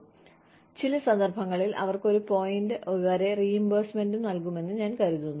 കൂടാതെ ചില സന്ദർഭങ്ങളിൽ അവർക്ക് ഒരു പോയിന്റ് വരെ റീഇംബേഴ്സ്മെന്റും നൽകുമെന്ന് ഞാൻ കരുതുന്നു